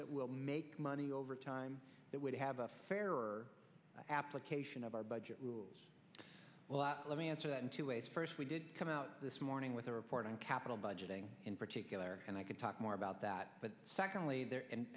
that will make money over time that would have a fairer application of our budget rules well let me answer that in two ways first we did come out this morning with a report on capital budgeting in particular and i could talk more about that but secondly there and